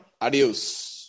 Adios